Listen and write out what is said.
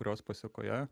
kurios pasekoje